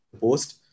post